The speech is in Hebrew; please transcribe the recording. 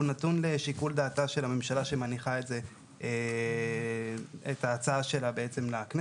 הוא נתון לשיקול דעתה של הממשלה שמניחה את ההצעה של לכנסת,